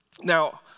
Now